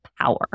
power